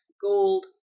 gold